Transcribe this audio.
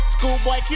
Schoolboy